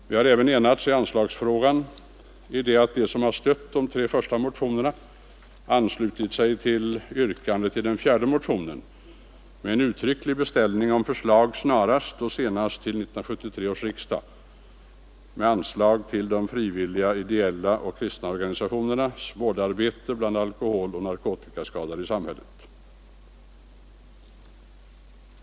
Vi har även enats i anslagsfrågan i det att de som har stött de tre första motionerna anslutit sig till yrkandet i den fjärde motionen om en uttrycklig beställning av förslag snarast och senast till 1973 års riksdag om anslag till de frivilliga, ideella och kristna organisationernas vårdarbete bland alkoholoch narkotikaskadade i samhället.